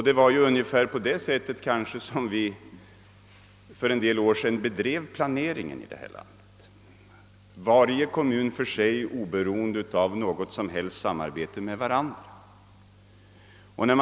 Det var väl ungefär på det sättet som planeringen bedrevs för några år sedan — av varje kommun för sig och utan något som helst samarbete med andra kommuner.